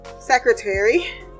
secretary